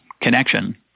connection